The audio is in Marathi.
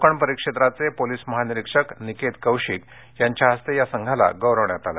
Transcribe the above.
कोकण परिक्षेत्राचे पोलीस महानिरीक्षक निकेत कौशिक यांच्या हस्ते या संघाला गौरवण्यात आलं